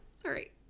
Sorry